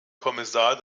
kommissar